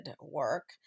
work